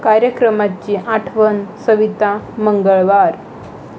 कार्यक्रमाची आठवण सविता मंगळवार